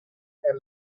and